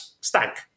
stank